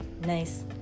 nice